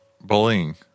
bullying